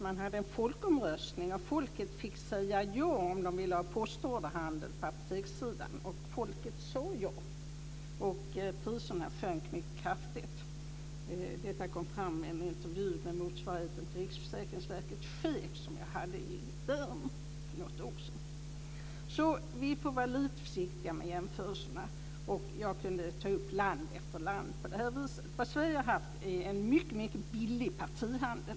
Man hade en folkomröstning, och folket fick säga om de ville ha postorderhandel på apotekssidan. Folket sade ja, och priserna sjönk mycket kraftigt. Detta kom fram i en intervju som jag hade för något år sedan i Vi får vara lite försiktiga med jämförelserna. Jag skulle kunna ta upp land efter land på det här viset. Sverige har haft en mycket billig partihandel.